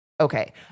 okay